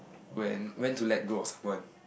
when when to let go of someone